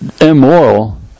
immoral